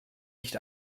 nicht